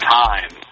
time